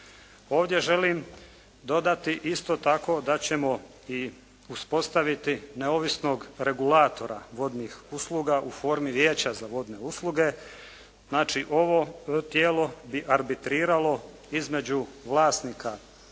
Ovdje želim dodati isto tako da ćemo i uspostaviti neovisnog regulatora vodnih usluga u formi Vijeća za vodne usluge. Znači, ovo tijelo bi arbitriralo između vlasnika